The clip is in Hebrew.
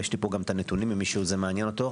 יש לי פה גם הנתונים למי שזה מעניין אותו,